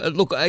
Look